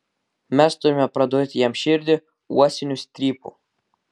mes turime pradurti jam širdį uosiniu strypu